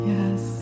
Yes